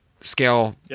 scale